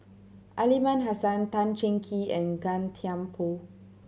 Aliman Hassan Tan Cheng Kee and Gan Thiam Poh